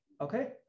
okay